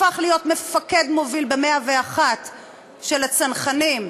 הפך להיות מפקד מוביל ב-101 של הצנחנים,